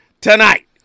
tonight